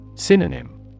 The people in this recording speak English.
Synonym